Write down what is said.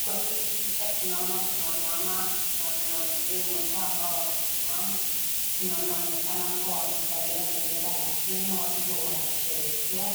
Kwa hili picha tunaona kuna mama na kuna mzee mmoja ambao wamesimama, tunaonekana kuwa wamevalia bendera la kenya wakiwa wanasheherekea.